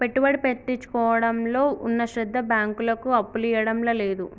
పెట్టుబడి పెట్టించుకోవడంలో ఉన్న శ్రద్ద బాంకులకు అప్పులియ్యడంల లేదు